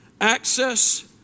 access